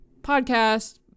podcast